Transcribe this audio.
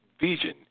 vision